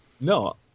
No